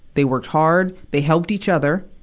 they worked hard, they helped each other,